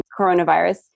coronavirus